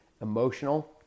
Emotional